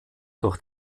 durch